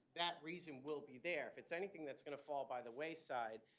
that reason will be there. if it's anything that's going to fall by the wayside,